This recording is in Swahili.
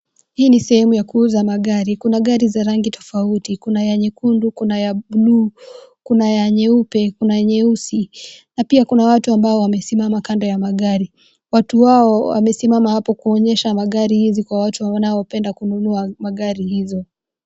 Hii ni sehemu ya kuuza magari kuna gari za rangi tofauti , kuna ya nyekundu, kuna ya bluu, kuna ya nyeupe ,kuna ya nyeusi na pia kuna watu ambao wamesimama kando ya magari, watu hao wasimama hapo kuwaonyesha magari hizi kwa watu wanaopenda kununua magari hizo.